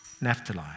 Naphtali